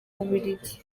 bubiligi